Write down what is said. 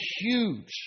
huge